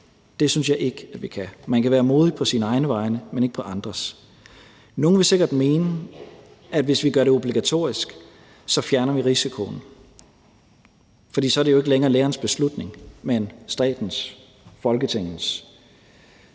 Det synes jeg ikke vi kan. Man kan være modig på sine egne vegne, men ikke på andres. Nogle vil sikkert mene, at hvis vi gør det obligatorisk, fjerner vi risikoen, for så er det jo ikke længere lærerens beslutning, mens statens, Folketingets.